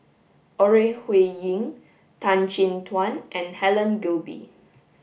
Ore Huiying Tan Chin Tuan and Helen Gilbey